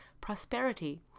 prosperity